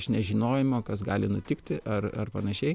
iš nežinojimo kas gali nutikti ar ar panašiai